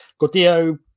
Gordillo